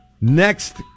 Next